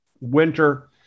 winter